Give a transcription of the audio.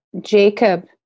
Jacob